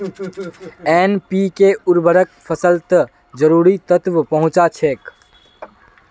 NPK उर्वरक फसलत जरूरी तत्व पहुंचा छेक